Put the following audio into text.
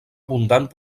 abundant